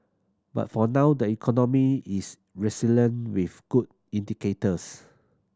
but for now the economy is resilient with good indicators